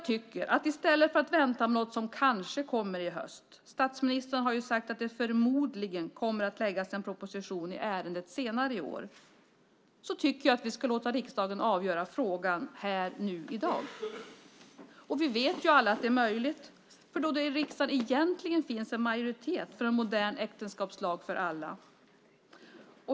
I stället för att vänta på något som kanske kommer i höst - statsministern har sagt att det förmodligen kommer att läggas fram en proposition i ärendet senare i år - tycker jag att vi ska låta riksdagen avgöra frågan här i dag. Alla vet vi att det är möjligt eftersom det i riksdagen egentligen finns en majoritet för en modern äktenskapslag för alla.